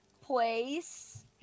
place